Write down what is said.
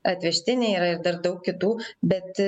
atvežtiniai yra ir dar daug kitų bet